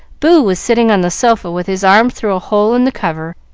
boo was sitting on the sofa, with his arm through a hole in the cover,